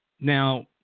Now